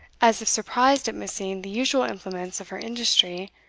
as if surprised at missing the usual implements of her industry,